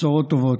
בשורות טובות.